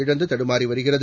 இழந்து தடுமாறி வருகிறது